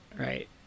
Right